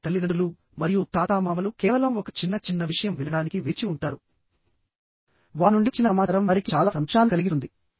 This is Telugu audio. అయితేతల్లిదండ్రులు మరియు తాతామామలు కేవలం ఒక చిన్న చిన్న విషయం వినడానికి వేచి ఉంటారు వారి నుండి వచ్చిన సమాచారం వారికి చాలా సంతోషాన్ని కలిగిస్తుంది